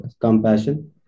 compassion